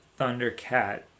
Thundercat